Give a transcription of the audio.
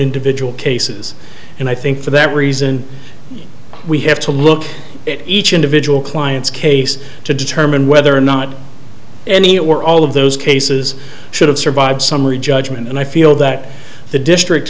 individual cases and i think for that reason we have to look at each individual client's case to determine whether or not any or all of those cases should have survived summary judgment and i feel that the district